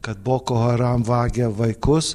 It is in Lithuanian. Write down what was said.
kad boko haram vagia vaikus